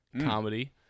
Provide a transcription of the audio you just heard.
comedy